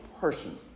person